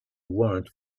warrant